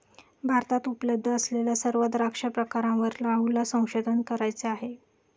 भारतात उपलब्ध असलेल्या सर्व द्राक्ष प्रकारांवर राहुलला संशोधन करायचे आहे